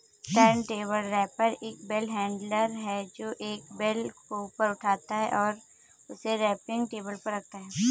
turntable wrapper एक bale handler है, जो एक बेल को ऊपर उठाता है और उसे रैपिंग टेबल पर रखता है